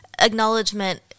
acknowledgement